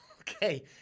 Okay